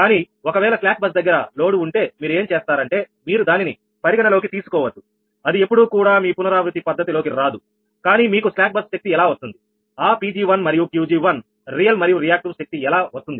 కానీ ఒకవేళ slack bus దగ్గర లోడు ఉంటే మీరు ఏం చేస్తారు అంటే మీరు దానిని పరిగణలోకి తీసుకోవద్దు అది ఎప్పుడూ కూడా మీ పునరావృత్తి పద్ధతిలోకి రాదుకానీ మీకు స్లాక్ బస్ శక్తి ఎలా వస్తుంది ఆ 𝑃𝐺1 మరియు 𝑄𝐺1 రియల్ మరియు రియాక్టివ్ శక్తి ఎలా వస్తుంది